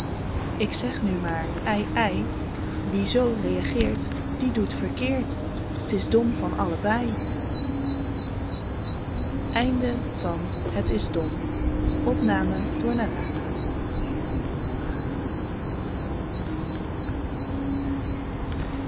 zeg nu maar ei ei wie zoo regeert die doet verkeerd t is dom van